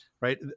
Right